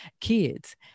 kids